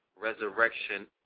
Resurrection